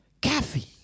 Kathy